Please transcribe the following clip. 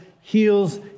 heals